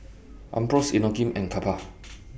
Ambros Inokim and Kappa